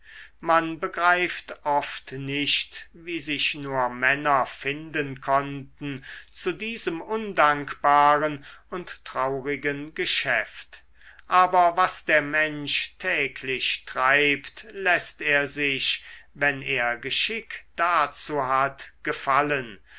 man begreift oft nicht wie sich nur männer finden konnten zu diesem undankbaren und traurigen geschäft aber was der mensch täglich treibt läßt er sich wenn er geschick dazu hat gefallen